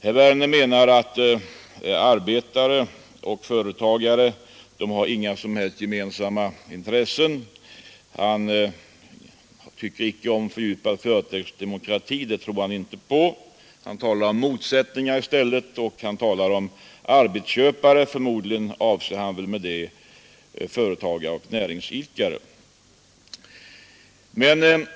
Herr Werner anser att arbetare och företagare har inga som helst gemensamma intres Han tror inte på fördjupad företagsdemokrati, utan han talar i stället om motsättningar. Han talar också om arbetsköpare och avser därmed förmodligen företagare och näringsidkare.